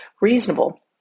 reasonable